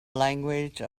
language